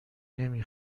نمی